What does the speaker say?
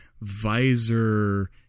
visor